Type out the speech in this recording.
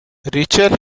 ریچل